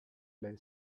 lay